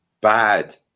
bad